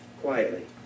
quietly